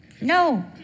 No